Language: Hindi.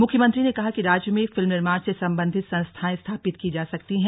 मुख्यमंत्री ने कहा कि राज्य में फिल्म निर्माण से संबंधित संस्थाएं स्थापित की जा सकती हैं